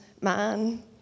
man